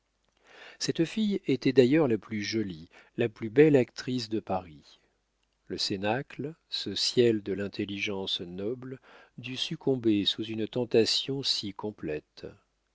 cette fille était d'ailleurs la plus jolie la plus belle actrice de paris le cénacle ce ciel de l'intelligence noble dut succomber sous une tentation si complète